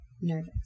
nervous